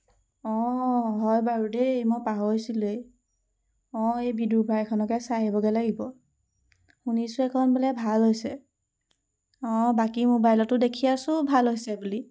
অঁ হয় বাৰু দেই মই পাহৰিচিলোৱেই অঁ এই বিদুৰভাইখনকে চাই আহিবগৈ লাগিব শুনিছোঁ সেইখন বোলে ভাল হৈছে অঁ বাকী মোবাইলতো দেখি আছোঁ ভাল হৈছে বুলি